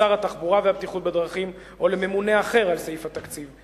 לשר התחבורה והבטיחות בדרכים או לממונה אחר על סעיף התקציב.